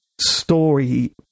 story